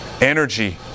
Energy